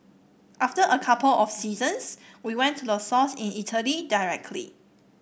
after a couple of seasons we went to the source in Italy directly